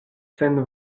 sen